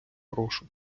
прошу